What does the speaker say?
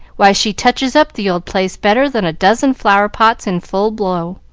why, she touches up the old place better than a dozen flower-pots in full blow,